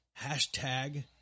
hashtag